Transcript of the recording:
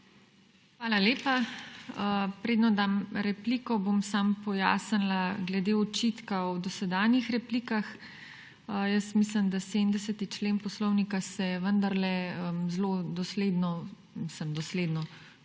Hvala lepa. Preden dam repliko, bom samo pojasnila glede očitkov o dosedanjih replikah. Mislim, da 70. člen Poslovnika se vendarle zelo dosledno, kolikor